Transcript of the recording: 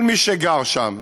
כל מי שגר שם,